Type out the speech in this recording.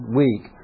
week